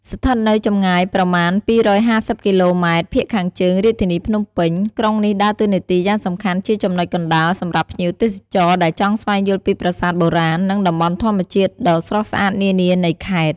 ស្ថិតនៅចម្ងាយប្រមាណ ២៥០ គីឡូម៉ែត្រភាគខាងជើងរាជធានីភ្នំពេញ ក្រុងនេះដើរតួនាទីយ៉ាងសំខាន់ជាចំណុចកណ្ដាលសម្រាប់ភ្ញៀវទេសចរណ៍ដែលចង់ស្វែងយល់ពីប្រាសាទបុរាណ និងតំបន់ធម្មជាតិដ៏ស្រស់ស្អាតនានានៃខេត្ត។